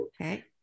Okay